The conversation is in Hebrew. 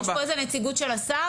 יש פה איזו נציגו של השר?